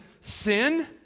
sin